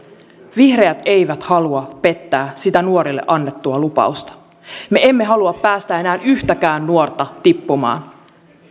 vihreät eivät halua pettää sitä nuorille annettua lupausta me emme halua päästää enää yhtäkään nuorta tippumaan